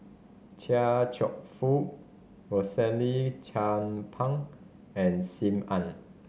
Chia Cheong Fook Rosaline Chan Pang and Sim Ann